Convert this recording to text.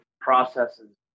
processes